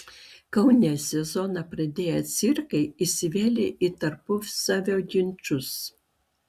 kaune sezoną pradėję cirkai įsivėlė į tarpusavio ginčus